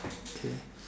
okay